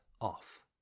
off